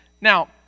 Now